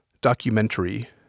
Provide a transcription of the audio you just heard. documentary